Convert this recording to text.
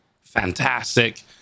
fantastic